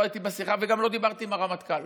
לא הייתי בשיחה וגם לא דיברתי עם הרמטכ"ל.